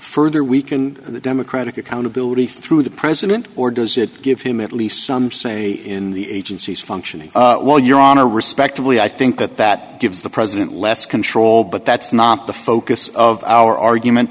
further weaken the democratic accountability through the president or does it give him at least some say in the agency's functioning while you're on a respectively i think that that gives the president less control but that's not the focus of our argument